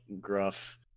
gruff